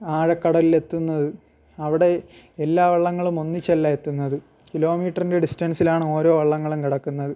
ആഴക്കടലിലെത്തുന്നത് അവിടെ എല്ലാ വള്ളങ്ങളും ഒന്നിച്ചല്ല എത്തുന്നത് കിലോമീറ്ററിൻ്റെ ഡിസ്റ്റൻസിലാണ് ഓരോ വള്ളങ്ങളും കിടക്കുന്നത്